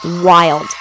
wild